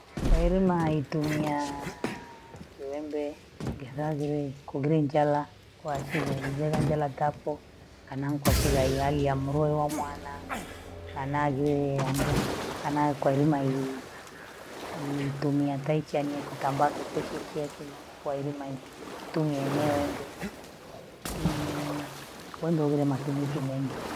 Kwaeli naitumiaa kiwonde gedhadhili kogole njala, kwashila niile njala tafyu, kanangoshiya iyaya mlowa mwana, kanagiye andum, kana kwaelima nitumiye ata ichania kitambaa kukeshe kyake, kwaelima kitinye eneo wandye lakinii wendeule matumizi mengi.